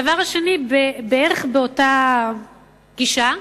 הדבר השני, בערך באותה גישה,